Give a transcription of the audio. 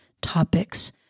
topics